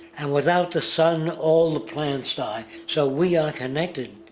and without the sun, all the plants die. so we are connected.